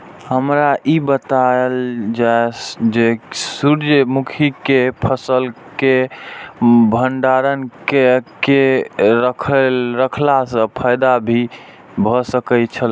हमरा ई बतायल जाए जे सूर्य मुखी केय फसल केय भंडारण केय के रखला सं फायदा भ सकेय छल?